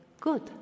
good